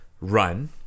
run